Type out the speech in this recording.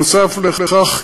נוסף על כך,